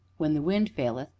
when the wind faileth,